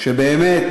שבאמת